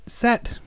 set